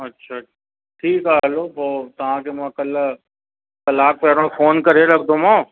अछा ठीकु आहे हलो पोइ तव्हांखे मां कल कलाकु पहिरियों फ़ोन करे रखंदोमांव